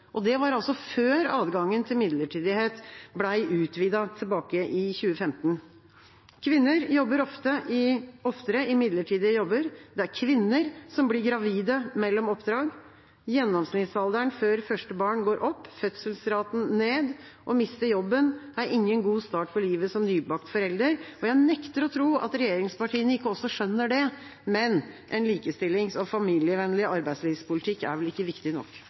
Det var altså før adgangen til midlertidighet ble utvidet tilbake i 2015. Kvinner jobber oftere i midlertidige jobber. Det er kvinner som blir gravide mellom oppdrag. Gjennomsnittsalderen for første barn går opp, fødselsraten ned. Å miste jobben er ingen god start på livet som nybakt forelder. Jeg nekter å tro at regjeringspartiene ikke også skjønner det, men en likestillings- og familievennlig arbeidslivspolitikk er vel ikke viktig nok.